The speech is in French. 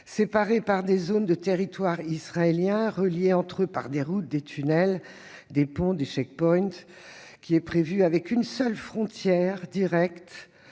séparés par des zones de territoire israélien et reliés entre eux par des routes, des tunnels, des ponts et des ; il aurait une seule frontière directe